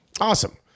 Awesome